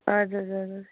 اَدٕ حظ اَدٕ حظ